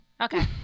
Okay